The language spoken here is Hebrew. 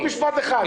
עוד משפט אחד.